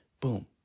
Boom